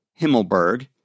Himmelberg